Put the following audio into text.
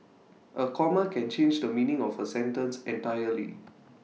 A comma can change the meaning of A sentence entirely